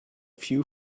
few